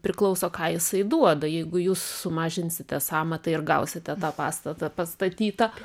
priklauso ką jisai duoda jeigu jūs sumažinsite sąmatą ir gausite tą pastatą pastatytą